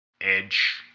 Edge